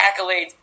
accolades